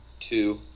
Two